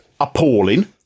appalling